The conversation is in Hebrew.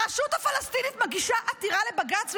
הרשות הפלסטינית מגישה בעתירה לבג"ץ,